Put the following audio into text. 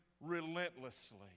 relentlessly